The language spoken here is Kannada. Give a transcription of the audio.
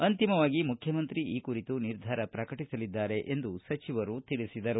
ಅಂತಿಮವಾಗಿ ಮುಖ್ಯಮಂತ್ರಿ ಈ ಕುರಿತು ನಿರ್ಧಾರ ಪ್ರಕಟಿಸಲಿದ್ದಾರೆ ಎಂದು ಸಚಿವರು ತಿಳಿಸಿದರು